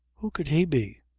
who could he be?